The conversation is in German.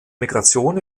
migration